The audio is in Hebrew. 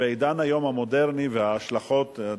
בעידן המודרני וההשלכות שלו,